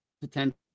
potential